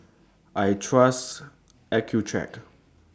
I Trust Accucheck